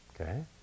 Okay